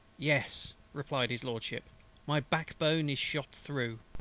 yes, replied his lordship my backbone is shot through.